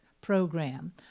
program